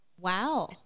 Wow